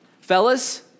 fellas